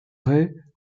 rays